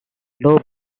low